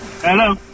Hello